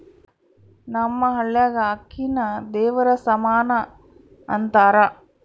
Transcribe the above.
ನಮ್ಮ ಹಳ್ಯಾಗ ಅಕ್ಕಿನ ದೇವರ ಸಮಾನ ಅಂತಾರ